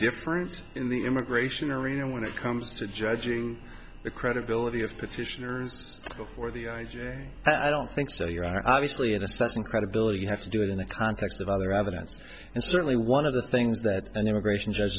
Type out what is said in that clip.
different in the immigration arena when it comes to judging the credibility of petitioners before the i j a i don't think so you are obviously in assessing credibility you have to do it in the context of other evidence and certainly one of the things that an immigration judge